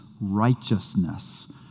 righteousness